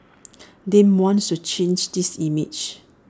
Dem wants to change this image